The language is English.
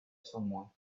someone